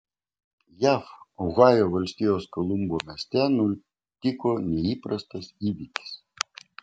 jav ohajo valstijos kolumbo mieste nutiko neįprastas įvykis